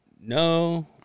No